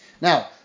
Now